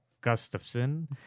Gustafson